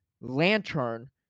Lantern